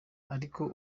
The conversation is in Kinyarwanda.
ariko